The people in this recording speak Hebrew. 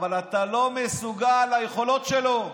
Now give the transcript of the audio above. אתה לא מסוגל ליכולות שלו.